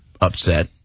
upset